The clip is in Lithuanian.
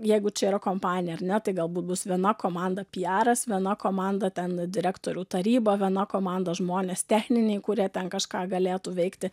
jeigu čia yra kompanija ar ne tai galbūt bus viena komanda piaras viena komanda ten direktorių taryba viena komanda žmonės techniniai kurie ten kažką galėtų veikti